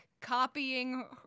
copying